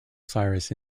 cyrus